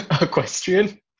Equestrian